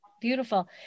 Beautiful